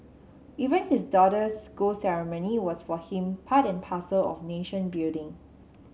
even his daughter's school ceremony was for him part and parcel of nation building